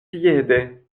piede